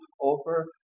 over